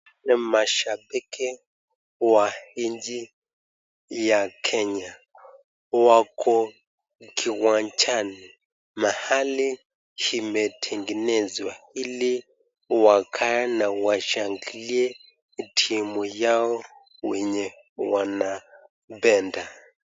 Mashambiki wa nchi ya Kenya wako kiwanjani mahali imetegenezwa ili wakae na washangilie timu yao wenye wanapenda.